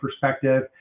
perspective